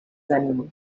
animals